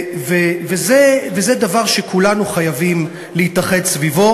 זה דבר שכולנו חייבים להתאחד סביבו.